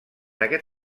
aquest